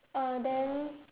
uh then